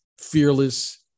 fearless